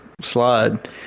slide